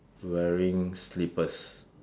wearing slippers